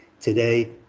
today